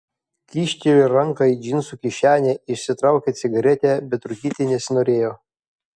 kyštelėjo ranką į džinsų kišenę išsitraukė cigaretę bet rūkyti nesinorėjo